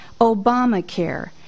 Obamacare